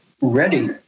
ready